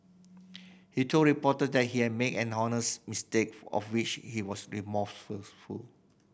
he told reporters that he had made an honest mistake of which he was